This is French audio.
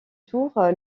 tour